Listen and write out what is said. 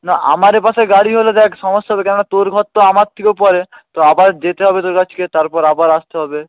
না আমার এপাশে গাড়ি হলে দেখ সমস্যা হবে কেননা তোর ঘর তো আমার থেকেও পরে তো আবার যেতে হবে তোর কাছকে তারপর আবার আসতে হবে